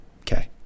Okay